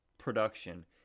production